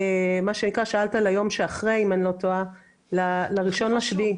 מה שנקרא, שאלת על היום שאחרי, לאחד ביולי.